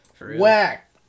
whack